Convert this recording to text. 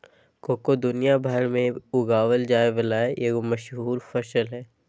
cocoa दुनिया भर में उगाल जाय वला एगो मशहूर फसल हइ